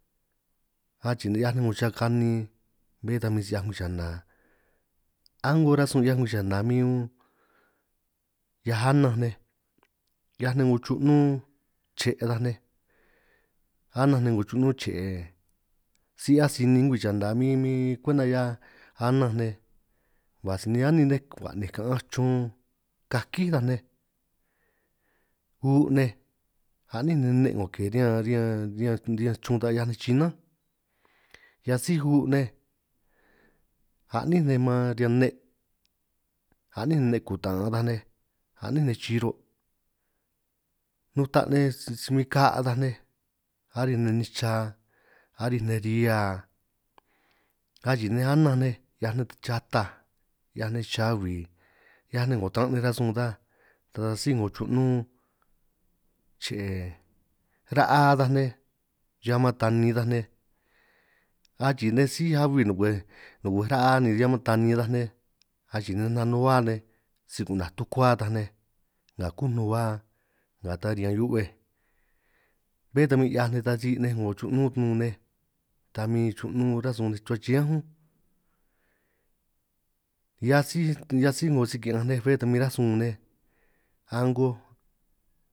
Achii nej 'hiaj nej 'ngo cha kanin bé ta min si 'hia ngwii chana, a'ngo rasun 'hiaj ngwii chana min un, 'hiaj ananj nej 'hia nej 'ngo chru'nún che' ataj nej anánj nej 'ngo chrunun che'e, si'hiaj sinin ngwii chana min min kwenta 'hia ananj nej, ba' sinin anin nej ba'ninj kaanj chun kakí taj nej u' nej a'nín nej nne 'ngo ke riñan riñan riñan riñan chrun ta 'hiaj nej chinánj, hiaj sij u' nej a'nín nej man riñan nne anín nej nne kutan'an taj nej, a'nín nej chiro' nutaj nej si min ka'a taj nej, aríj nej nicha aríj nej rihia, achii nej ananj nej 'hiaj chataj 'hiaj nej chahui 'hiaj nej 'ngo taran' nej rasun ta, ta síj 'ngo ru'nun che'e ra'a taj nej riñan mman tanin taj nej achii nej síj ahui nukwej nukwej ra'a ni riñan mman tanin taj nej, achii nanuhuá nej si ku'naj tukuá ta nej nga kunuhuá nga ta riñan hiu'bej, bé ta min 'hiaj nej ta ri' nej 'ngo ru'nun nun nej ta min ru'nun ránj sun nej ruhua chiñán únj, hiaj síj hiaj síj 'ngo si ki'ñanj nej bé ta min ránj sun nej a'ngoj.